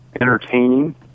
entertaining